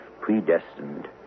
predestined